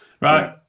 Right